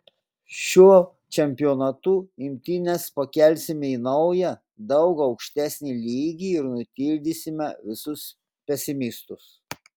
šiuo čempionatu imtynes pakelsime į naują daug aukštesnį lygį ir nutildysime visus pesimistus